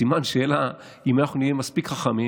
סימן השאלה הוא האם אנחנו נהיה מספיק חכמים